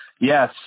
yes